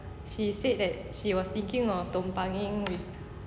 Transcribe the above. she said that she was thinking of tumpanging with